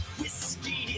whiskey